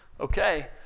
okay